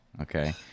okay